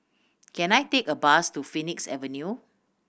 can I take a bus to Phoenix Avenue